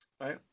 Right